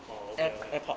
oh okay okay